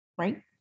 Right